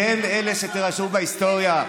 אתם אלה שתירשמו בהיסטוריה.